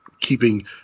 keeping